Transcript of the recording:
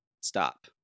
stop